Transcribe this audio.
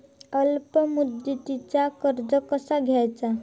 अल्प मुदतीचा कर्ज कसा घ्यायचा?